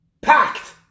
Packed